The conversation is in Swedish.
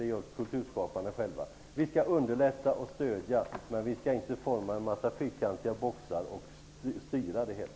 Det gör kulturskaparna själva. Vi skall underlätta och stödja, men vi skall inte forma en massa fyrkantiga boxar och styra det hela.